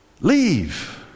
leave